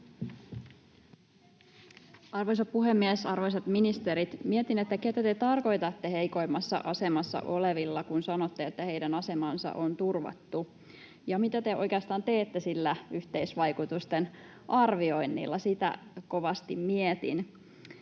Arvoisa puhemies! Arvoisat ministerit, mietin, keitä te tarkoitatte heikoimmassa asemassa olevilla, kun sanotte, että heidän asemansa on turvattu. Ja mitä te oikeastaan teette sillä yhteisvaikutusten arvioinnilla? Sitä kovasti mietin.